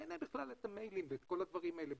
שאין להם מיילים וכל הדברים האלה,